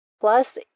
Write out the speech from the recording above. Plus